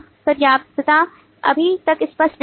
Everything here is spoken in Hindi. पर्याप्तता अभी तक स्पष्ट नहीं है